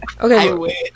Okay